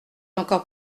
encore